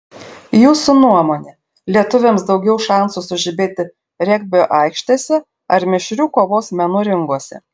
jūsų nuomone lietuviams daugiau šansų sužibėti regbio aikštėse ar mišrių kovos menų ringuose